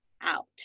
out